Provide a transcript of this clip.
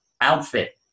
outfit